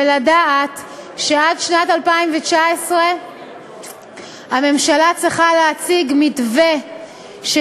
ולדעת שעד שנת 2019 הממשלה צריכה להציג מתווה של